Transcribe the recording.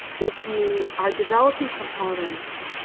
if you are developing components